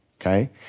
okay